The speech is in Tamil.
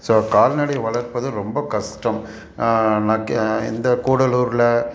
ஸோ கால்நடை வளர்ப்பது ரொம்ப கஷ்டம் நான் கெ இந்த கூடலூரில்